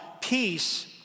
Peace